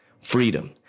Freedom